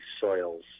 soils